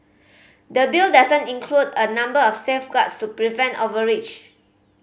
the Bill doesn't include a number of safeguards to prevent overreach